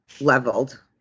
leveled